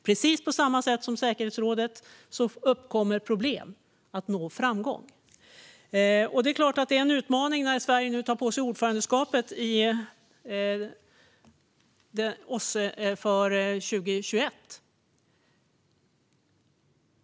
Precis på samma sätt som i säkerhetsrådet uppkommer problem att nå framgång. Det är klart att det är en utmaning när Sverige nu tar på sig ordförandeskapet i OSSE för 2021.